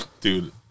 dude